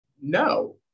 No